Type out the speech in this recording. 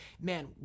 Man